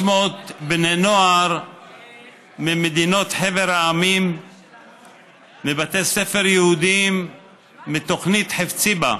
בני נוער מחבר המדינות מבתי ספר יהודיים מתוכנית חפציבה,